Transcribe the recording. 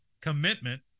Commitment